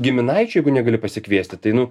giminaičių jeigu negali pasikviesti tai nu